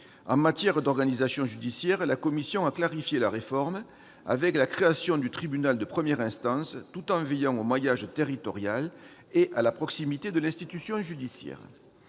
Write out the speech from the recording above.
En matière d'organisation judiciaire, elle a clarifié la réforme, avec la création du tribunal de première instance, tout en veillant au maillage territorial et à la proximité de l'institution judiciaire.